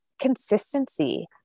consistency